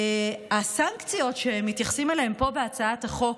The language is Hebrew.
הסנקציות שמתייחסים אליהן פה בהצעת החוק,